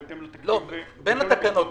בהתאם לתקציב --- בין התקנות,